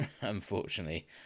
Unfortunately